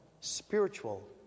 spiritual